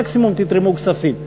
או שמקסימום תתרמו כספים.